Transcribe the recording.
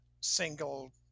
single